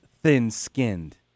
thin-skinned